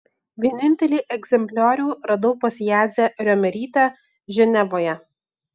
vienintelį egzempliorių radau pas jadzią riomerytę ženevoje